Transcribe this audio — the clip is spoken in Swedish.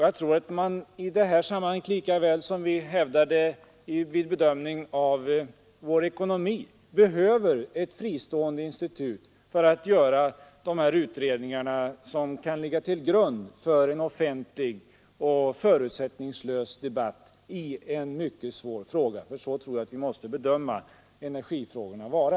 Jag tror att man i detta sammanhang lika väl som vid bedömningen av vår ekonomi behöver ett fristående institut för att göra utredningar som kan ligga till grund för en offentlig och förutsättningslös debatt i mycket svåra frågor, för det tror jag att vi framöver måste anse energifrågorna vara.